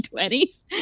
20s